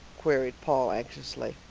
queried paul anxiously.